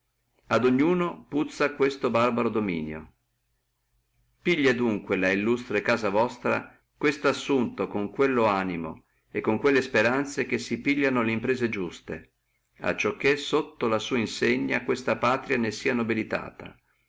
a ognuno puzza questo barbaro dominio pigli adunque la illustre casa vostra questo assunto con quello animo e con quella speranza che si pigliano le imprese iuste acciò che sotto la sua insegna e questa patria ne sia nobilitata